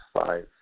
five